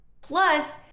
plus